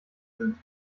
sind